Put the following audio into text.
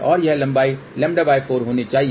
और यह लंबाई λ4 होनी चाहिए